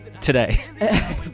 Today